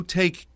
take